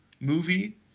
movie